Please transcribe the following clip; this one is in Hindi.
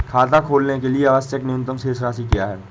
खाता खोलने के लिए आवश्यक न्यूनतम शेष राशि क्या है?